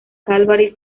calvary